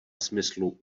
smyslu